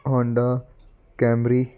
Honda Camry